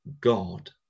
God